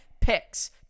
picks